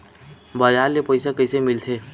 बजार ले पईसा कइसे मिलथे?